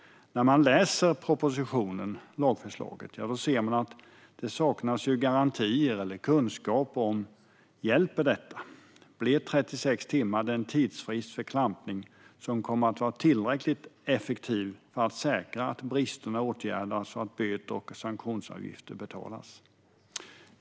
När man läser propositionen, lagförslaget, ser man att det saknas garantier för eller kunskap om ifall detta hjälper. Är 36 timmar den tidsfrist för klampning som kommer att vara tillräckligt effektiv för att säkra att brister åtgärdas och att böter och att sanktionsavgifter betalas?